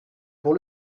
pour